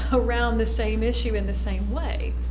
ah around the same issue in the same way.